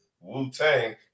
Wu-Tang